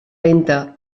lenta